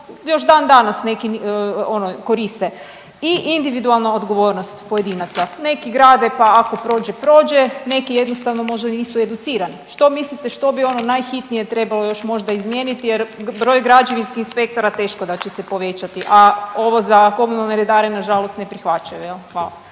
još dan danas neki ono koriste. I individualna odgovornost pojedinaca. Neki grade, pa ako prođe prođe, neki jednostavno možda nisu educirani. Što mislite što bi ono najhitnije trebalo još možda izmijeniti, jer broj građevinskih inspektora teško da će se povećati, a ovo za komunalne redare na žalost ne prihvaćaju. Hvala.